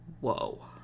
Whoa